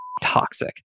toxic